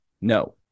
No